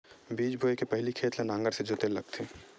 बीज बोय के पहिली खेत ल नांगर से जोतेल लगथे?